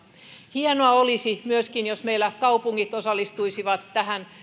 hienoa olisi myöskin jos meillä kaupungit osallistuisivat tähän